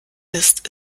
isst